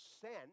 sent